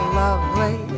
lovely